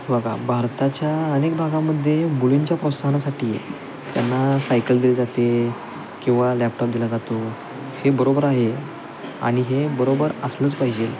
बघा भारताच्या अनेक भागामध्ये मुलींच्या प्रोत्साहनासाठी त्यांना सायकल दिली जाते किंवा लॅपटॉप दिला जातो हे बरोबर आहे आणि हे बरोबर असलंच पाहिजे